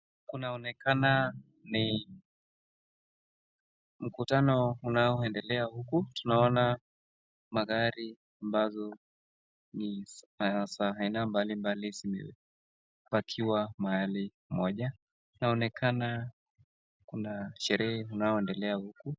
Kunaonekana ni mkutano unaoendelea huku, tuona magari ambazo ni za aina mbalimbali zimepakiwa mahali moja ni kama ni sherehe inaendelea huku.